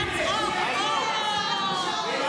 איפה?